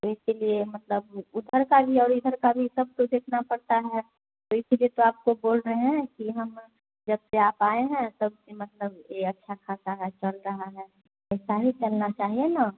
इसी लिए मतलब उधर का भी और इधर का भी सब को देखना पड़ता है तो इसी लिए तो आपको बोल रहें हैं कि हम जब से आप आएँ हैं तब से मतलब ये अच्छा ख़ासा है चल रहा है ऐसा ही चलना चाहिए ना